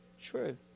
True